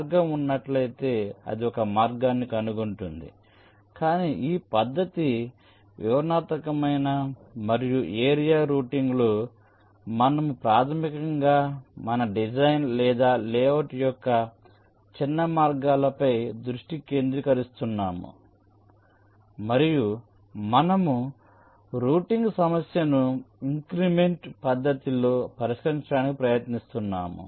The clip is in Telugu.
మార్గం ఉన్నట్లయితే అది ఒక మార్గాన్ని కనుగొంటుంది కానీ ఈ పద్ధతి వివరణాత్మకమైన మరియు ఏరియా రౌటింగ్లో మనము ప్రాథమికంగా మన డిజైన్ లేదా లేఅవుట్ యొక్క చిన్న మార్గాలపై దృష్టి కేంద్రీకరిస్తున్నాము మరియు మనము రౌటింగ్ సమస్యను ఇంక్రిమెంట్ l పద్ధతిలో పరిష్కరించడానికి ప్రయత్నిస్తున్నాము